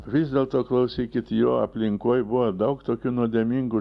vis dėlto klausykit jo aplinkoj buvo daug tokių nuodėmingų